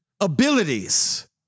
abilities